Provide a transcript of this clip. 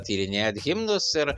tyrinėt himnus ir